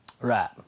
Right